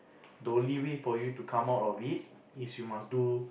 the only way for you to come out of it is you must do